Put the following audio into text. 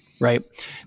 right